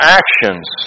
actions